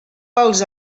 pels